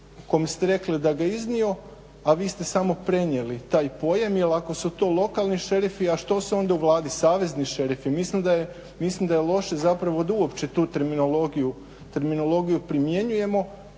kom ste rekli da ga je iznio, a vi ste samo prenijeli taj pojam jer ako tu lokalni šerifi, a što su onda u Vladi, savezni šerifi? Mislim da je loše zapravo da uopće tu terminologiju primjenjujemo